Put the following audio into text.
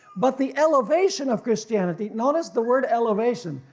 but the elevation of christianity, notice the word elevation.